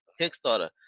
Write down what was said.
Kickstarter